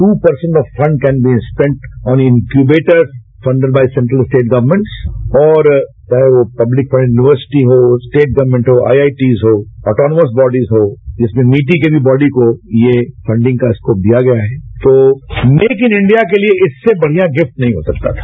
to percent of fund can be spent on incubators funded by central state governments और चाहे वो public funded university हो state government हो I I T हो autonomous body हो जिसमें नीति के बॉडी को ये फण्डिंग का स्कोप दिया गया है तो मेक इन इंडिया के लिए इससे बढिया गिफ्ट नहीं हो सकता था